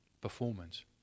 performance